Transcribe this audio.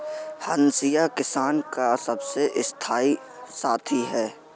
हंसिया किसान का सबसे स्थाई साथी है